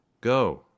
Go